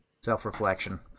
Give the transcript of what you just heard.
Self-reflection